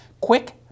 quick